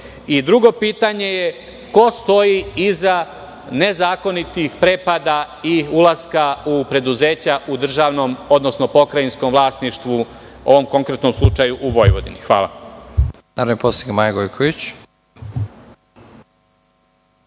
Drugo pitanje je – ko stoji iza nezakonitih prepada i ulaska u preduzeća u državnom odnosno pokrajinskom vlasništvu, u ovom konkretnom slučaju u Vojvodini? Hvala. **Nebojša Stefanović**